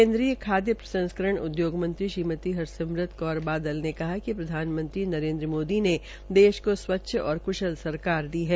केन्द्रीय खाद्य प्रसंस्करण उद्योग मंत्री श्रीमती हरसिमरत कौर बादल ने कहा है कि प्रधानमंत्री नरेन्द्र मोदी ने देश को स्वच्छ और क्शल सरकार दी है